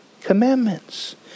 commandments